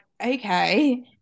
okay